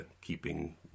keeping